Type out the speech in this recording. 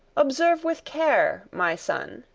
observe with care, my son,